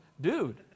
Dude